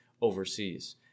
overseas